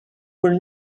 were